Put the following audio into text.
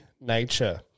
nature